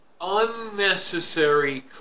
unnecessary